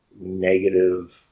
negative